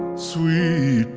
sweet